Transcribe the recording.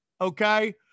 Okay